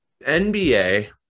NBA